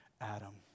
Adam